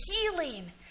healing